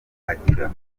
agira